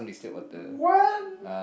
what